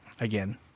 again